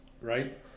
right